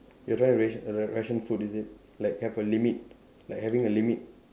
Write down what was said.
you're trying to ration ra~ ration food is it like have a limit like having a limit